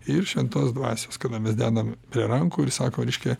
ir šventos dvasios kada mes dedam prie rankų ir sako reiškia